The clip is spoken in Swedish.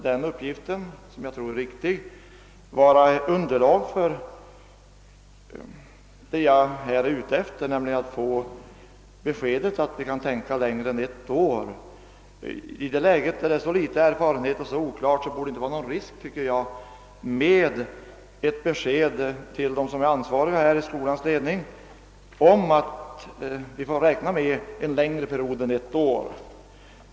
Den uppgiften — som jag tror är riktig — förefaller emellertid att vara ett underlag för vad jag åsyftar. I detta läge med så stor oklarhet och så liten erfarenhet borde det ju inte medföra någon risk att ge ett besked till de ansvariga i skolans ledning om att de kan planera för en längre period än ett år.